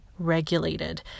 Regulated